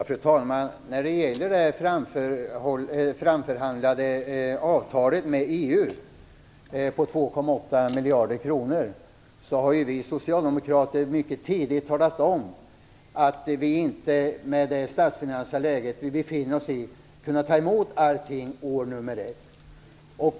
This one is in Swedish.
Fru talman! När det gäller det framförhandlade avtalet med EU på 2,8 miljoner kronor har vi socialdemokrater mycket tidigt talat om att vi inte med det statsfinansiella läge vi befinner oss i har kunnat ta emot allting det första året.